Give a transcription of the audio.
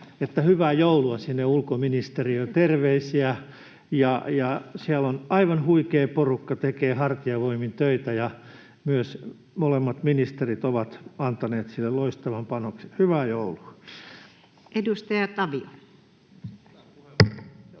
hyvää joulua sinne ulkoministeriöön, terveisiä. Siellä on aivan huikea porukka, joka tekee hartiavoimin töitä, ja myös molemmat ministerit ovat antaneet sille loistavan panoksen. — Hyvää joulua. [Speech 34]